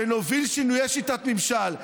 ונוביל שינויי שיטת ממשל,